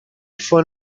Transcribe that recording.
fue